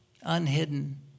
Unhidden